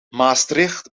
maastricht